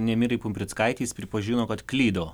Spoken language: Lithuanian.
nemirai pumprickaitei jis pripažino kad klydo